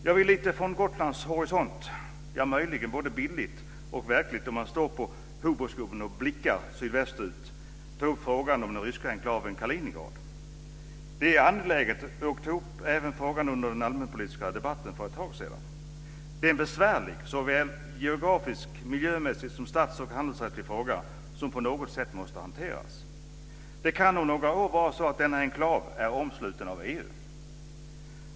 Jag vill från Gotlands horisont - möjligen både bildligt och verkligt, om man står på Hoburgsgubben och blickar ut mot sydväst - ta upp frågan om den ryska enklaven Kaliningrad. Den är angelägen, och jag tog upp frågan även under den allmänpolitiska debatten för ett tag sedan. Det är en besvärlig såväl geografisk och miljömässig som stats och handelsrättslig fråga som på något sätt måste hanteras. Det kan om några år vara så att denna enklav är omsluten av EU.